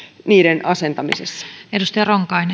niiden asentamisessa